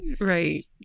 Right